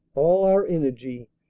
all our energy,